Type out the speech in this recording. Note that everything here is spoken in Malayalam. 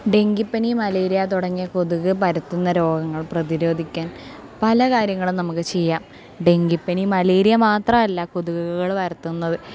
ഡെങ്കിപ്പനി മലേറിയ തുടങ്ങിയ കൊതുക് പരത്തുന്ന രോഗങ്ങൾ പ്രതിരോധിക്കാൻ പല കാര്യങ്ങളും നമുക്ക് ചെയ്യാം ഡെങ്കിപ്പനി മലേറിയ മാത്രമല്ല കൊതുകുകൾ പരത്തുന്നത്